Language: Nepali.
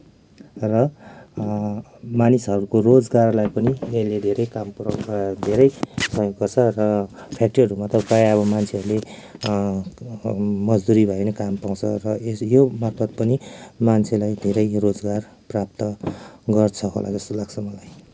र मानिसहरूको रोजगारलाई पनि यसले धेरै काम पुऱ्याउ धेरै सहयोग गर्छ र फ्याक्ट्रीहरूमा त प्रायः अब मान्छेहरूले मजदुरी भए पनि काम पाउँछ र यो मार्फत् पनि मान्छेलाई धेरै रोजगार प्राप्त गर्छ होला जस्तो लाग्छ मलाई